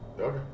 Okay